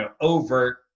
overt